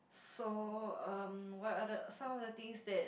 so um what are the some of things that